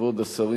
כבוד השרים,